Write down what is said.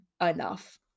enough